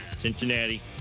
Cincinnati